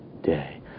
day